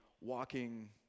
walking